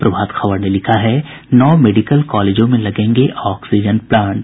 प्रभात खबर ने लिखा है नौ मेडिकल कॉलेजों में लगेंगे ऑक्सीजन प्लांट